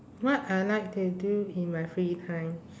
what I like to do in my free time